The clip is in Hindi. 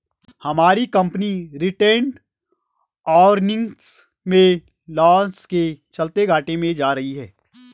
हमारी कंपनी रिटेंड अर्निंग्स में लॉस के चलते घाटे में जा रही है